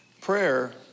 prayer